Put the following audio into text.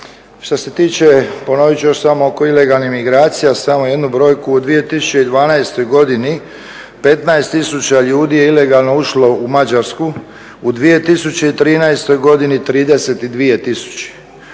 Što se tiče, ponovit ću još samo oko ilegalnih imigracija samo jednu broju, u 2012.godini 15 tisuća ljudi je ilegalno ušlo u Mađarsku, u 2013.godini 32